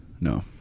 No